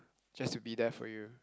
just to be there for you